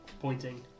Pointing